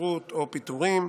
התפטרות או פיטורים.